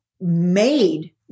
made